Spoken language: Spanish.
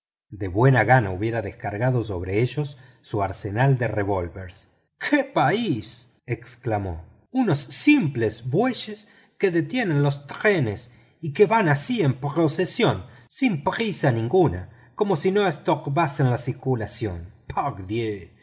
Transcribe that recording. de buena gana hubiera descargado sobre ellos su arsenal de revólveres qué país exclamó unos simples bueyes que detienen los trenes y que van así en procesión sin prisa ninguna como si no estorbasen la circulación pardiez